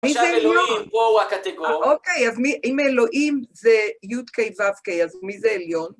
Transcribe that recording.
עכשיו אלוהים, וואו הקטגוריה. אוקיי, אז אם אלוהים זה י' ה' ו' ה', אז מי זה עליון?